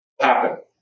happen